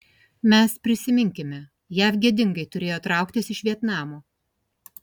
mes prisiminkime jav gėdingai turėjo trauktis iš vietnamo